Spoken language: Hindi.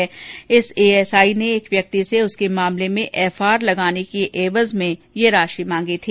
इस ्एएसआई ने एक व्यक्ति से उसके मामले में एफआर लगाने की एवज में ये राशि मांगी थी